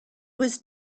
was